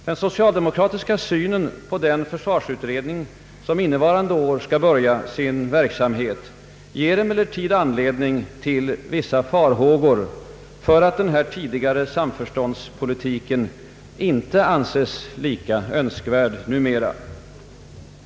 Den socialdemokratiska synen på den försvarsutredning som innevarande år skall börja sin verksamhet ger emellertid anledning till vissa farhågor för att den tidigare samförståndspolitiken inte anses lika önskvärd numera.